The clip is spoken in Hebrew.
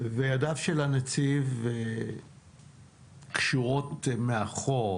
וידיו של הנציב קשורות מאחור